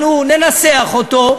אנחנו ננסח אותו,